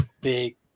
big